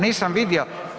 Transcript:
Nisam vidio.